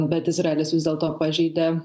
bet izraelis vis dėlto pažeidė